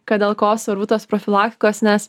kad dėl ko svarbu tos profilaktikos nes